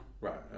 Right